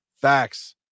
Facts